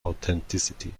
authenticity